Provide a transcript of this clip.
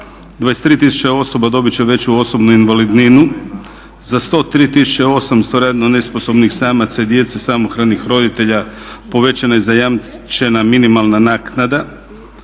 tisuće osoba dobiti će veću osobnu invalidninu, za 103 tisuće 800 radno nesposobnih samaca i djece samohranih roditelja povećana je zajamčena minimalna naknada,